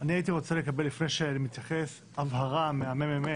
אני הייתי רוצה לקבל לפני שאני מתייחס הבהרה מהממ"מ.